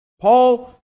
Paul